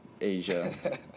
asia